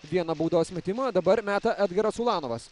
vieną baudos metimą dabar meta edgaras ulanovas